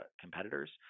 competitors